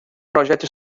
projeto